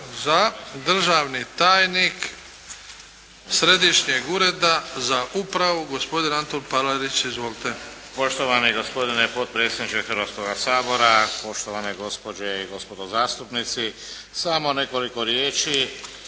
Da. Državni tajnik Središnjeg ureda za upravu gospodin Antun Palarić. Izvolite! **Palarić, Antun** Poštovani gospodine potpredsjedniče Hrvatskoga sabora, poštovane gospođe i gospodo zastupnici! Samo nekoliko riječi